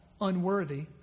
unworthy